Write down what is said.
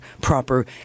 proper